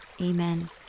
Amen